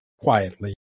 quietly